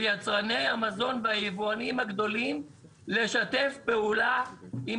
יצרני המזון והיבואנים הגדולים לשתף פעולה עם